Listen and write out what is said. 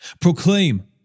Proclaim